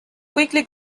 quickly